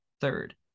third